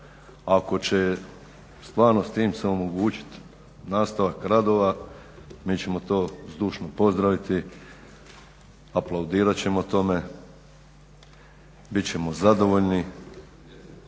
Ako će stvarno s tim omogućit nastavak radova, mi ćemo to zdušno pozdraviti, aplaudirat ćemo o tome, bit ćemo zadovoljni.